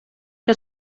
que